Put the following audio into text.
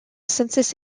census